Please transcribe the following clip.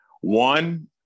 One